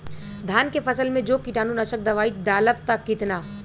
धान के फसल मे जो कीटानु नाशक दवाई डालब कितना?